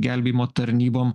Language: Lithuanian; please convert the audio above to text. gelbėjimo tarnybom